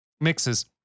mixes